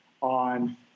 on